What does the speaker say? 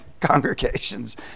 congregations